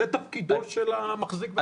תפקידו של המחזיק בקרקע.